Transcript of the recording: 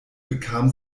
bekam